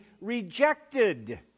rejected